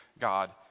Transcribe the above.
God